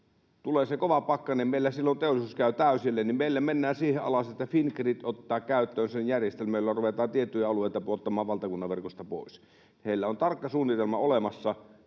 tulee se kova pakkanen, niin silloin meillä teollisuus käy täysillä ja meillä mennään siihen, että Fingrid ottaa käyttöön sen järjestelmän, jolla ruvetaan tiettyjä alueita pudottamaan valtakunnan verkosta pois. Heillä on tarkka suunnitelma olemassa.